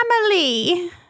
family